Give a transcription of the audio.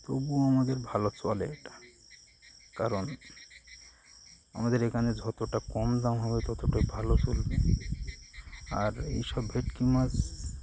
তবুও আমাদের ভালো চলে এটা কারণ আমাদের এখানে যতটা কম দাম হবে ততটাই ভালো চলবে আর এইসব ভেটকি মাছ